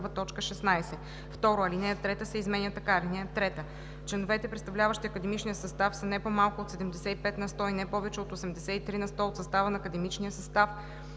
академичния състав,